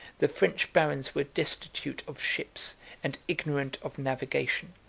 the french barons were destitute of ships and ignorant of navigation.